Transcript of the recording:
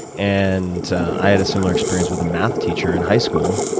and i had a similar experience with a math teacher in high school.